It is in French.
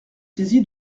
saisi